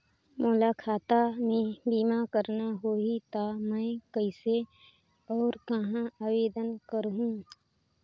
मोला खाता मे बीमा करना होहि ता मैं कइसे और कहां आवेदन करहूं?